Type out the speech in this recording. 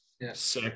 yes